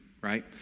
right